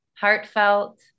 Heartfelt